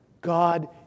God